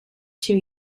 two